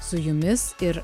su jumis ir